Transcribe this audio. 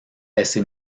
ese